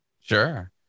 Sure